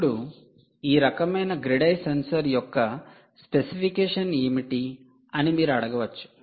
ఇప్పుడు ఈ రకమైన గ్రిడ్ ఐ సెన్సార్ యొక్క స్పెసిఫికేషన్ ఏమిటి అని మీరు అడగవచ్చు